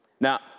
Now